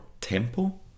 tempo